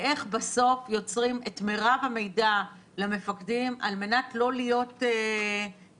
לאיך בסוף יוצרים את מרב המידע למפקדים על מנת לא להיות עיוורים